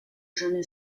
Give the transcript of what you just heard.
jeune